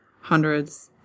Hundreds